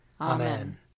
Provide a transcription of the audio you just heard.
Amen